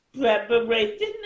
preparation